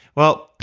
well,